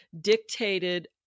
dictated